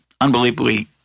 unbelievably